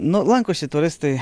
nu lankosi turistai